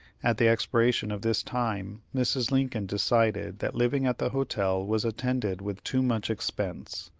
at the expiration of this time mrs. lincoln decided that living at the hotel was attended with too much expense,